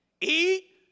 Eat